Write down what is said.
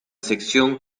sección